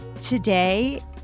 today